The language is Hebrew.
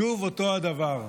שוב אותו הדבר: